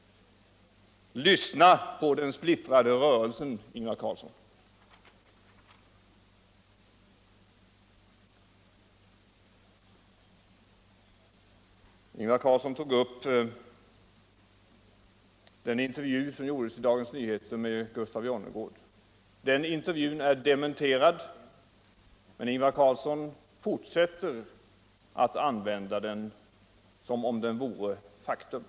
Lyssna på den splittrade rörelsen, Ingvar Carlsson. Ingvar Carlsson tog i sitt anförande upp den intervju som gjordes i Dagens Nyheter med Gustaf Jonnergård. Den intervjun är .dementerad, men Ingvar Carlsson fortsätter att använda den som om den vore eu faktum.